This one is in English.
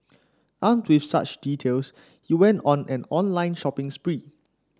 armed with such details he went on an online shopping spree